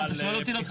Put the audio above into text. אם אתה שואל אותי,